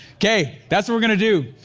okay, that's what we're gonna do,